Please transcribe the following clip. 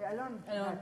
רואה